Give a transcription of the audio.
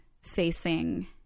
facing